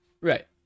right